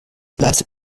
leistet